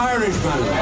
Irishman